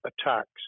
attacks